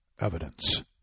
evidence